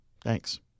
Thanks